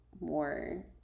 more